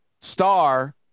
star